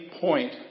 point